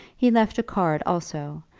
he left a card also,